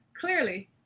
clearly